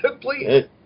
please